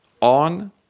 on